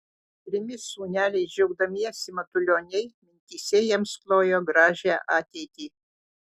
trimis sūneliais džiaugdamiesi matulioniai mintyse jiems klojo gražią ateitį